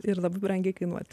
ir labai brangiai kainuoti